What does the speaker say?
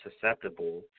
susceptible